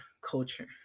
culture